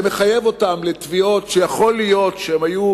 זה מחייב אותם לתביעות שיכול להיות שלא היו